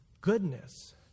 goodness